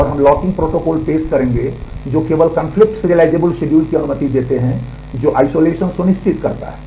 और हम locking protocol पेश करेंगे जो केवल कन्फ्लिक्ट सिरिअलाइज़ेबल शेड्यूल सुनिश्चित करता है